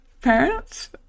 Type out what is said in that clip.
parents